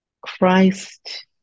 Christ